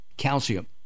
calcium